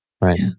right